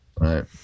right